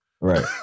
Right